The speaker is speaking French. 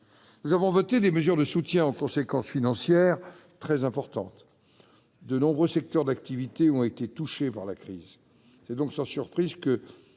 Nous avons voté des mesures de soutien aux conséquences financières très importantes, tandis que de nombreux secteurs d'activité ont été touchés par la crise. C'est donc sans surprise que